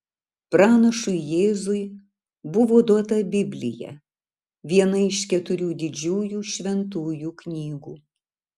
pranašui jėzui buvo duota biblija viena iš keturių didžiųjų šventųjų knygų